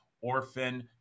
Orphan